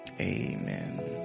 Amen